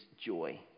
joy